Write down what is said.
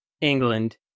England